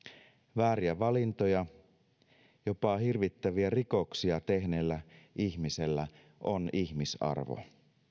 vääriä valintoja jopa hirvittäviä rikoksia tehneellä ihmisellä on ihmisarvo